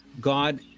god